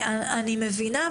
אני מבינה,